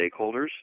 stakeholders